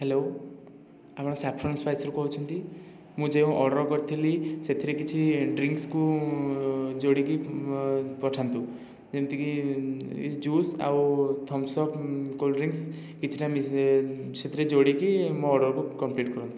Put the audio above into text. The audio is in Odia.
ହ୍ୟାଲୋ ଆପଣ ସାଫ୍ରନ୍ ସ୍ପାଇସ୍ରୁ କହୁଛନ୍ତି ମୁଁ ଯେଉଁ ଅର୍ଡର କରିଥିଲି ସେଇଥିରେ କିଛି ଡ୍ରିଂକ୍ସକୁ ଯୋଡ଼ିକି ପଠାନ୍ତୁ ଯେମିତିକି ଏଇ ଜୁସ ଆଉ ଥମ୍ସ୍ ଅପ୍ କୋଲ୍ଡ଼ ଡ୍ରିଂକ୍ସ କିଛିଟା ସେଥିରେ ଯୋଡ଼ିକି ମୋ ଅର୍ଡରକୁ କମ୍ପ୍ଲିଟ କରନ୍ତୁ